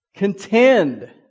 Contend